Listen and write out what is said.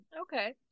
Okay